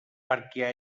perquè